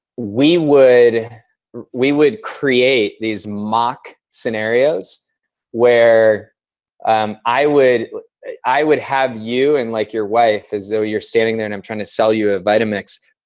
we would we would create these mock scenarios where um i would i would have you and like your wife as though you're standing there and i'm trying to sell you ah vitamix.